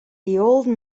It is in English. old